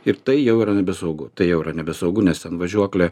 ir tai jau yra nebesaugu tai jau yra nebesaugu nes ten važiuoklė